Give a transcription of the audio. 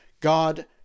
God